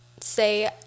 say